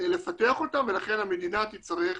לפתח אותן ולכן המדינה תצטרך